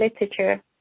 literature